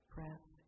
Breath